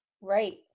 right